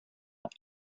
out